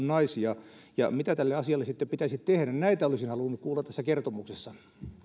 naisia käyttämään alkoholia ja mitä tälle asialle sitten pitäisi tehdä näitä olisin halunnut kuulla tässä kertomuksessa